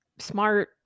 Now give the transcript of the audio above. smart